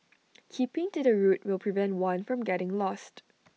keeping to the route will prevent one from getting lost